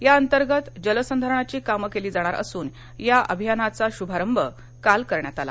या अंतर्गत जलसंधारणाची काम केली जाणार असून या अभियानाचा शुभारंभ काल येथे करण्यात आला